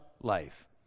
life